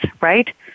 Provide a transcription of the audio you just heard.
right